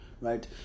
right